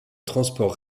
transport